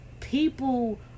people